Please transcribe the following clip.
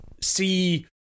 see